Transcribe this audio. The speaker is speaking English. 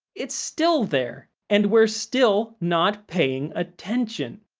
it's still there. and we're still not paying attention!